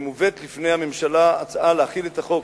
מובאת לפני הממשלה הצעה להחיל את החוק,